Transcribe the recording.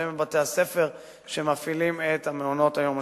מבתי-הספר שמפעילים את מעונות-היום השיקומיים.